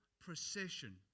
procession